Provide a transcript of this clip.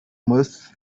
must